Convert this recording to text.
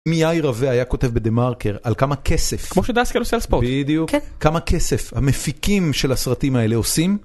מיי רווה היה כותב בדמרקר על כמה כסף, כמה כסף המפיקים של הסרטים האלה עושים.